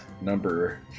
number